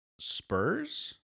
Spurs